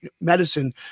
medicine